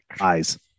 eyes